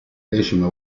decima